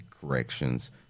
corrections